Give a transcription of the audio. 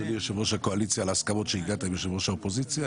אדוני יושב-ראש הקואליציה על ההסכמות שהגעת עם יושב-ראש האופוזיציה.